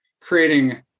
creating